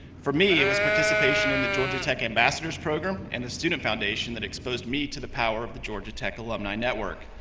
for me, it was participation in the georgia tech ambassador's program and the student foundation that exposed me to the power of the georgia tech alumni network.